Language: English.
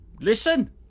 listen